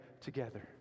together